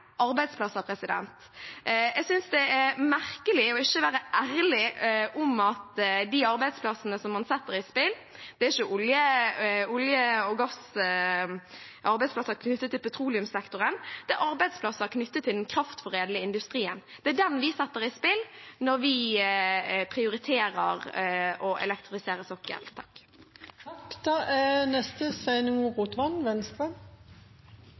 arbeidsplasser. Jeg synes det er merkelig at man ikke kan være ærlig på at de arbeidsplassene som man setter i spill, ikke er arbeidsplasser knyttet til petroleumssektoren; det er arbeidsplasser knyttet til den kraftforedlende industrien. Det er den vi setter i spill når vi prioriterer å elektrifisere sokkelen. Dette er